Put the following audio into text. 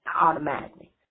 automatically